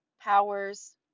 powers